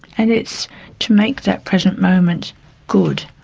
and it's to make that present moment good,